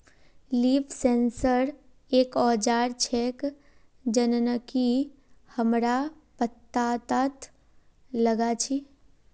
leaf sensor एक औजार छेक जननकी हमरा पत्ततात लगा छी